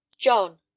John